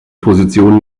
position